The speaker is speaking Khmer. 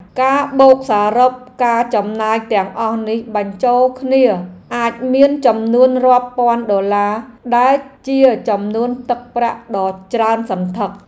ការបូកសរុបការចំណាយទាំងអស់នេះបញ្ចូលគ្នាអាចមានចំនួនរាប់ពាន់ដុល្លារដែលជាចំនួនទឹកប្រាក់ដ៏ច្រើនសន្ធឹក។